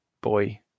Boy